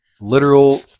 literal